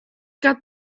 got